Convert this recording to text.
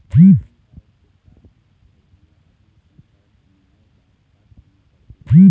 श्रम कारड के का महत्व हे, मोला अपन श्रम कारड बनवाए बार का करना पढ़ही?